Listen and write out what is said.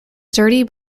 sturdy